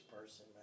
person